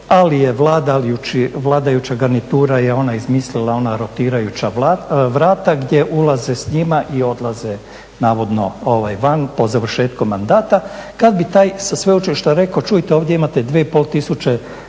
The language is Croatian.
ali je vladajuća garnitura je ona izmislila ona rotirajuća vrata gdje ulaze s njima i odlaze navodno van po završetku mandata. Kad bi taj sa sveučilišta rekao čujte, ovdje imate dvije